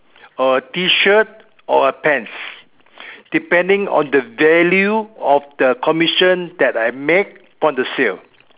or T-shirt or a pants depending on the value on the commission that I make from the sale